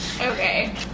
Okay